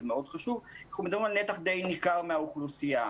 מאוד חשוב כי מדובר בנתח די ניכר מהאוכלוסייה.